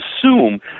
assume